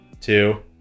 two